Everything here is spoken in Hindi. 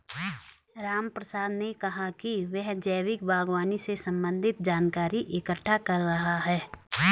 रामप्रसाद ने कहा कि वह जैविक बागवानी से संबंधित जानकारी इकट्ठा कर रहा है